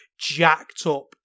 jacked-up